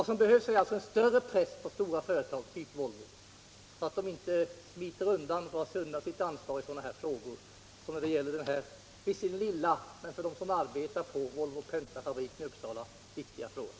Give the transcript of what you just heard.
Vad som behövs är en större press på stora företags hushållning, så att de inte smiter undan sitt ansvar i sådana här 10 frågor. I deta fall kan det visserligen tyckas att det är en liten fråga, men för dem som arbetar på Volvo-Pentafabriken i Uppsala är den mycket viktig.